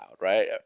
right